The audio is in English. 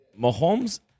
Mahomes